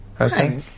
okay